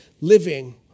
living